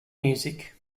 music